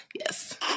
Yes